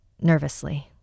nervously